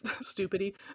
Stupidity